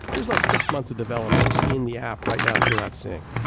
there's like six months of development in the app right now that you are not seeing.